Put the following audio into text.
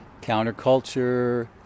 Counterculture